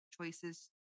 choices